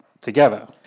together